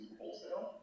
wholesale